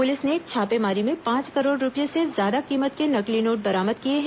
police ने छापेमारी में पांच करोड़ रूपए से ज्यादा कीमत के नकली नोट बरामद किए हैं